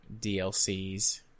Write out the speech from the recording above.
DLCs